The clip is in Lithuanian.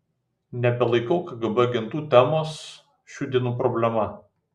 nebelaikau kgb agentų temos šių dienų problema